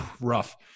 rough